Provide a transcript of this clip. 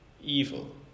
Evil